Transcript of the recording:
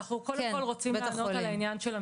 כן, בית החולים.